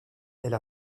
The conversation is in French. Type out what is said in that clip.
elle